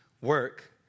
work